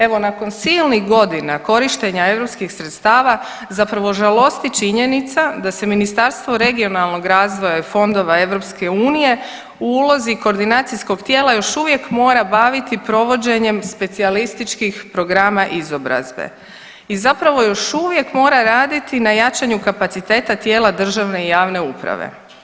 Evo nakon silnih godina korištenje europskih sredstava zapravo žalosti činjenica se Ministarstvo regionalnog razvoja i fondova EU u ulozi koordinacijskog tijela još uvijek mora baviti provođenjem specijalističkih programa izobrazbe i zapravo još uvijek mora raditi na jačanju kapaciteta tijela državne i javne uprave.